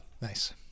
Nice